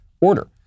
order